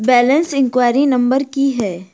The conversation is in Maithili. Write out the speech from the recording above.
बैलेंस इंक्वायरी नंबर की है?